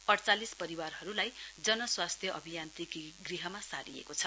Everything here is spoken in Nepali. अइचालिस परिवारहरुलाई जन स्वास्थ्य अभियान्त्रिकी गृहमा सारिएको छ